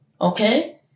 okay